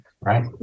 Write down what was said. right